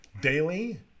daily